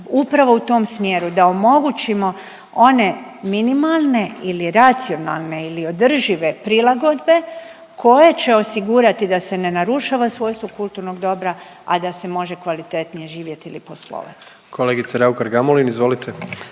upravo u tom smjeru da omogućimo one minimalne ili racionalne ili održive prilagodbe koje će osigurati da se ne narušava svojstvo kulturnog dobra, a da se može kvalitetnije živjeti ili poslovati. **Jandroković, Gordan